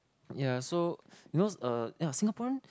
ya so you know uh yeah Singaporean